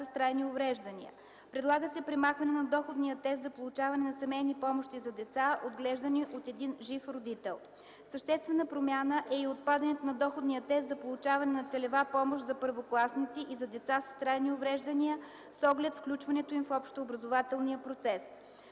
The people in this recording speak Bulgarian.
Съществена промяна е и отпадането на доходния тест за получаване на целева помощ за първокласници и за деца с трайни увреждания с оглед включването им в общообразователния процес.